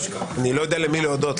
אני לא יודע למי להודות,